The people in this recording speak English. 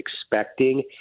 expecting